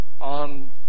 on